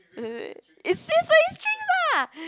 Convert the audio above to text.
eh wait wait is so so it's Trix ah